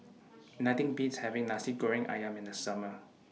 Nothing Beats having Nasi Goreng Ayam in The Summer